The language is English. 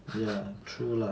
ya true lah